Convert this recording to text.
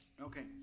Okay